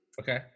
okay